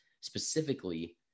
specifically